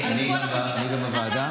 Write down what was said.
אני גם בוועדה.